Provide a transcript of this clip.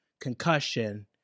concussion